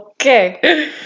Okay